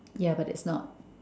yeah but it's not